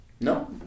No